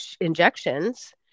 injections